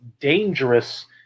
dangerous